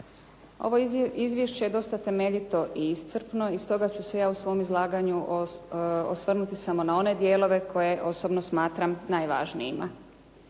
Ovo izvješće je dosta temeljito i iscrpno i stoga ću se ja u svom izlaganju osvrnuti samo na one dijelove koje osobno smatram najvažnijima.